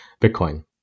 Bitcoin